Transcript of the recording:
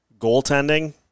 Goaltending